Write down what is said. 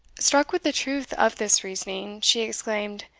struck with the truth of this reasoning, she exclaimed,